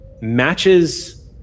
matches